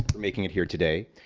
making it here today.